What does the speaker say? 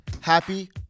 happy